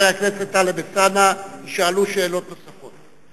חבר הכנסת טלב אלסאנע ישאלו שאלות נוספות.